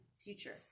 future